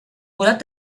volat